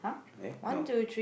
eh no